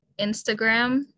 Instagram